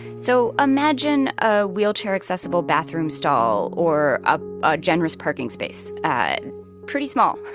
so imagine a wheelchair-accessible bathroom stall or ah a generous parking space pretty small.